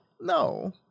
no